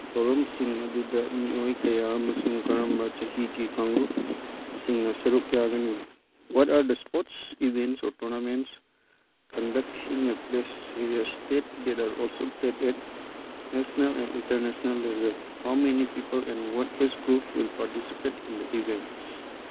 ꯊꯧꯔꯝꯁꯤꯡ ꯑꯗꯨꯗ ꯃꯤꯑꯣꯏ ꯀꯌꯥ ꯑꯃꯁꯨꯡ ꯀꯔꯝꯕ ꯆꯍꯤꯒꯤ ꯀꯥꯡꯂꯨꯞꯁꯤꯡꯅ ꯁꯔꯨꯛ ꯌꯥꯒꯅꯤ what are the sports events or tournaments conducted in your place area state that are also played at national and international ꯂꯦꯕꯦꯜ how many people and what age group will participate in the events